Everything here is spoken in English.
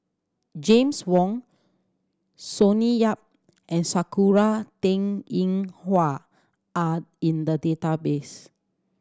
James Wong Sonny Yap and Sakura Teng Ying Hua are in the database